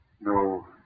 No